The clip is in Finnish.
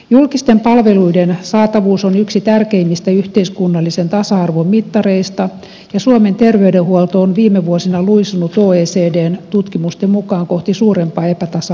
julkisten palveluiden saatavuus on yksi tärkeimmistä yhteiskunnallisen tasa arvon mittareista ja suomen terveydenhuolto on viime vuosina luisunut oecdn tutkimusten mukaan kohti suurempaa epätasa arvoa